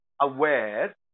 aware